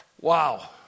Wow